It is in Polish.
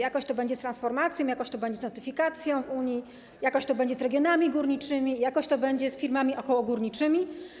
Jakoś to będzie z transformacją, jakoś to będzie z notyfikacją w Unii, jakoś to będzie z regionami górniczymi, jakoś to będzie z firmami okołogórniczymi.